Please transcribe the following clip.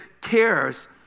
cares